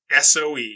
SOE